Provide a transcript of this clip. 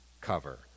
cover